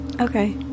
okay